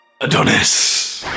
ADONIS